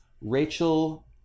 Rachel